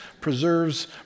preserves